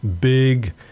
big